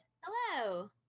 Hello